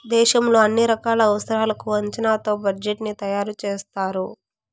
దేశంలో అన్ని రకాల అవసరాలకు అంచనాతో బడ్జెట్ ని తయారు చేస్తారు